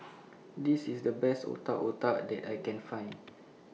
This IS The Best Otak Otak that I Can Find